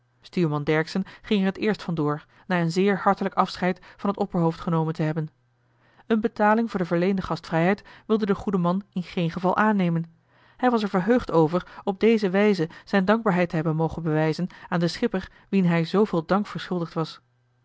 stuurman dercksen ging er het eerst van door na een zeer hartelijk afscheid van het opperhoofd genomen te hebben een betaling voor de verleende gastvrijheid wilde de goede man in geen geval aannemen hij was er verheugd over op deze wijze zijn dankbaarheid te hebben mogen bewijzen aan den schipper wien hij zooveel dank verschuldigd was